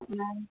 அப்படினா